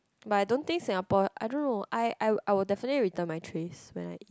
but I don't think Singapore I don't know I I I will definitely return my trays when I